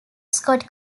scott